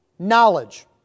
knowledge